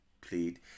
played